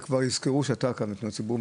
וכבר יזכרו שאתה כאן בפניות ציבור.